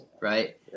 right